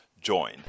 join